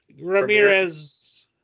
Ramirez